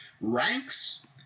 Ranks